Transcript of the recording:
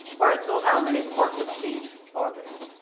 alright so how many parts of speech are there?